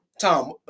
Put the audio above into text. Tom